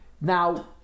Now